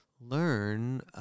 learn